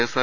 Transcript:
SR